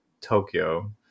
Tokyo